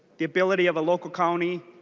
the ability of a local county